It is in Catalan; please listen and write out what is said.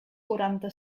quaranta